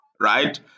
right